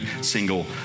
single